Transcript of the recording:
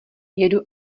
jedu